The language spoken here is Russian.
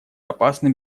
опасным